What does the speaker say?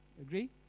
Agree